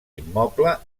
immoble